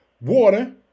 water